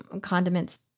condiments